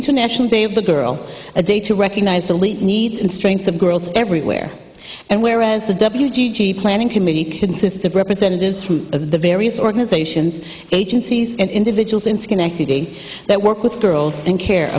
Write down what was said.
international day of the girl a day to recognize the league needs and strength of girls everywhere and where as the w g g planning committee consists of representatives from of the various organizations agencies and individuals in schenectady that work with girls and care